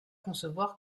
concevoir